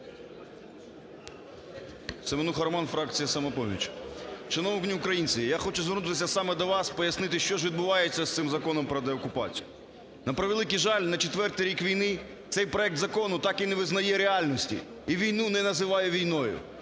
СеменухаРоман, фракція "Самопоміч". Шановні українці, я хочу звернутися саме до вас, пояснити, що ж відбувається з цим Законом продеокупацію. На превеликий жаль, на четвертий рік війни цей проект закону так і не визнає реальності і війну не називає війною.